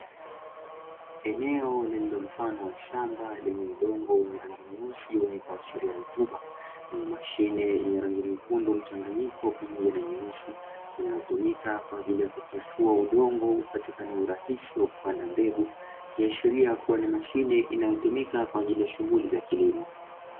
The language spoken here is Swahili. Eneo lililo mfano wa shamba lenye udongo wa rangi nyeusi wenye kuashiria rutuba, lenye mashine rangi mchanganyiko nyekundu pamoja na nyeusi, unaotumika katika kutifua udongo unaotumika katika kutifua kupanda mbegu, inakiashiria ni mashine inaotumika katika shughuli za kilimo.